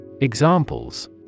Examples